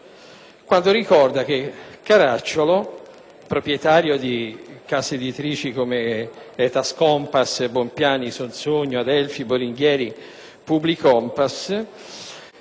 riportando che Caracciolo, proprietario di case editrici come Etas Kompass, Bompiani, Sonzogno, Adelphi, Boringhieri e Publikompass,